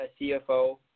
CFO